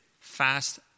fast